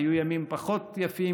היו ימים פחות יפים,